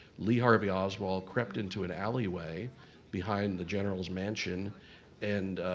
lee harvey oswald crept into an alleyway behind the general's mansion and